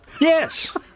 Yes